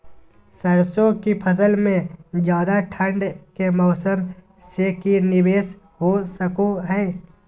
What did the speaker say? सरसों की फसल में ज्यादा ठंड के मौसम से की निवेस हो सको हय?